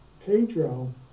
Pedro